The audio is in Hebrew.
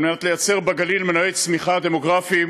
כדי ליצור בגליל מנועי צמיחה דמוגרפיים